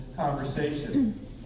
Conversation